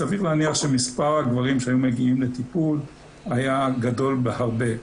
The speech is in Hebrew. סביר להניח שמספר הגברים שהיו מגיעים לטיפול היה גדול בהרבה.